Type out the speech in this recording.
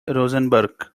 rosenberg